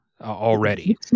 already